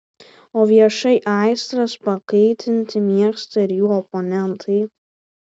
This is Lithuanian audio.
o viešai aistras pakaitinti mėgsta ir jų oponentai